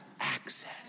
access